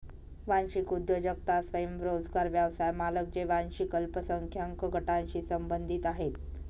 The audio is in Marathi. वांशिक उद्योजकता स्वयंरोजगार व्यवसाय मालक जे वांशिक अल्पसंख्याक गटांशी संबंधित आहेत